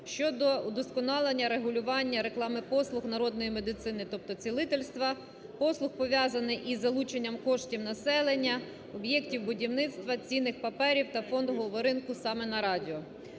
щодо удосконалення регулювання реклами послуг народної медицини, тобто цілительства, послуг, пов'язаних із залученням коштів населення, об'єктів будівництва, цінних паперів та фондового ринку саме на радіо